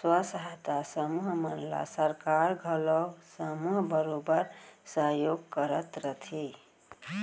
स्व सहायता समूह मन ल सरकार घलौ ह समूह बरोबर सहयोग करत रथे